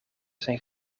zijn